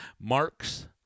Marks